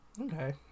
Okay